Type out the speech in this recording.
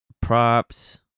Props